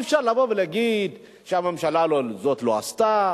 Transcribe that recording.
אי-אפשר לבוא ולהגיד שהממשלה הזאת לא עשתה,